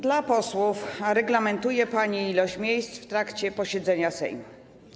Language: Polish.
Dla posłów reglamentuje pani ilość miejsc w trakcie posiedzenia Sejmu.